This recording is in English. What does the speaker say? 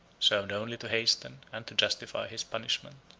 served only to hasten and to justify his punishment.